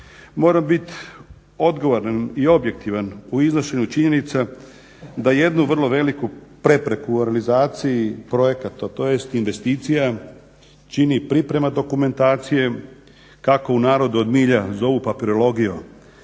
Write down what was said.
Moram bit odgovoran i objektivan u iznošenju činjenica da jednu vrlo veliku prepreku u realizaciji projekata tj. investicija čini priprema dokumentacije, kako u narodu od milja zovu papirologijom.